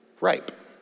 ripe